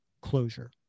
closure